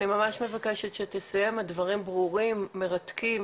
הדברים ברורים ומרתקים.